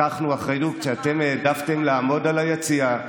לקחנו אחריות כשאתם העדפתם לעמוד ביציע.